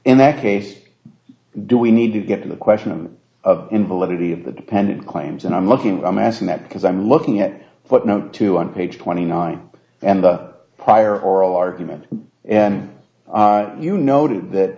in that case do we need to get to the question of invalidity of the dependent claims and i'm looking i'm asking that because i'm looking at footnote two on page twenty nine and the prior oral argument and you noted that